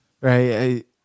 Right